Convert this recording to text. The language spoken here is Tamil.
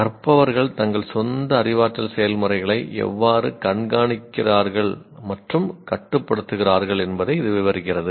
கற்பவர்கள் தங்கள் சொந்த அறிவாற்றல் செயல்முறைகளை எவ்வாறு கண்காணிக்கிறார்கள் மற்றும் கட்டுப்படுத்துகிறார்கள் என்பதை இது விவரிக்கிறது